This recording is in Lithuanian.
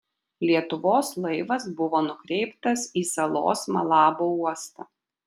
lietuvos laivas buvo nukreiptas į salos malabo uostą